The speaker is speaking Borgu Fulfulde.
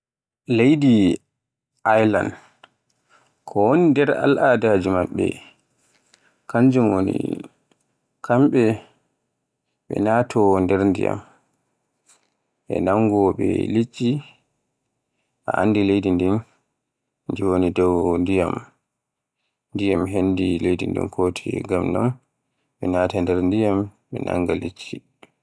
Leydi Ireland kowoni nder al'adaaji maɓɓe kanjum woni, kamɓe ɓe naato nder ndiyam, e nangowoɓe liɗɗi, a anndi leydi ndin ndi woni dow ndiyam. Ndiyam hendi leydi ndin ta kotoye, ngam non ɓe naata nder ndiyam ɓe nanga liɗɗi.